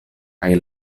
kaj